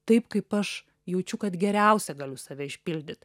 taip kaip aš jaučiu kad geriausia galiu save išpildyt